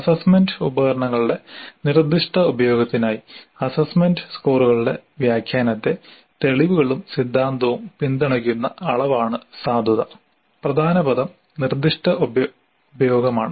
assessment ഉപകരണങ്ങളുടെ നിർദ്ദിഷ്ട ഉപയോഗത്തിനായി അസ്സസ്സ്മെന്റ് സ്കോറുകളുടെ വ്യാഖ്യാനത്തെ തെളിവുകളും സിദ്ധാന്തവും പിന്തുണയ്ക്കുന്ന അളവാണ് സാധുത പ്രധാന പദം നിർദ്ദിഷ്ട ഉപയോഗമാണ്